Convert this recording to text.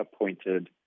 appointed